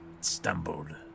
stumbled